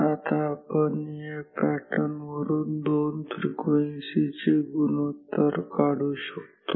आता आपण या पॅटर्न वरून दोन फ्रिक्वेन्सी चे गुणोत्तर काढू शकतो